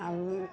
आओर